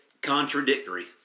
Contradictory